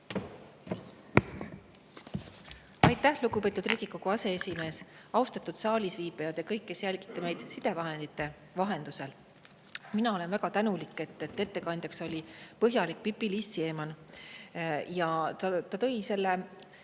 Aitäh, lugupeetud Riigikogu aseesimees! Austatud saalis viibijad ja kõik, kes te jälgite meid sidevahendite vahendusel! Mina olen väga tänulik, et ettekandjaks oli põhjalik Pipi-Liis Siemann. Ta tõi välja